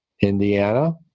Indiana